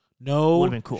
No